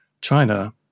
China